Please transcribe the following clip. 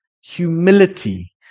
Humility